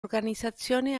organizzazione